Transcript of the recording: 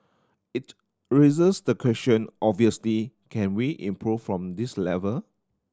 it raises the question obviously can we improve from this level